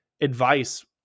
advice